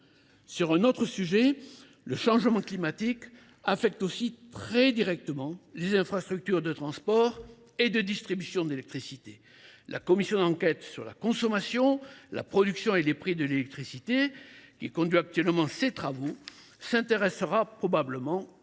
de l’année 2024. Le changement climatique affecte aussi très directement les infrastructures de transport et de distribution d’électricité. La commission d’enquête sur la consommation, la production et les prix de l’électricité aux horizons 2035 et 2050, qui conduit actuellement ses travaux, s’intéressera probablement